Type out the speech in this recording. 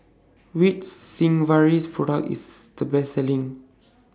Which Sigvaris Product IS The Best Selling